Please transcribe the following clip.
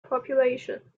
population